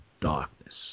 darkness